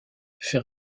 fait